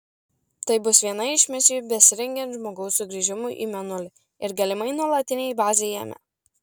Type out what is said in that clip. tai bus viena iš misijų besirengiant žmogaus sugrįžimui į mėnulį ir galimai nuolatinei bazei jame